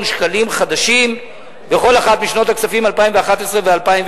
שקלים חדשים בכל אחת משנות הכספים 2011 ו-2012,